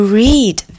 read